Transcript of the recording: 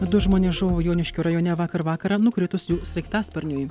du žmonės žuvo joniškio rajone vakar vakarą nukritus jų sraigtasparniui